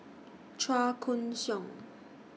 Chua Koon Siong